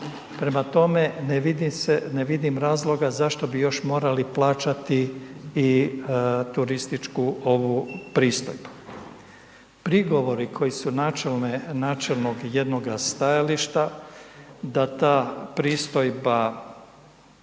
Prema tome ne vidim razloga zašto bi još morali plaćati i turističku ovu pristojbu. Prigovori koji su načelnog jednoga stajališta da ta pristojba